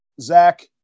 Zach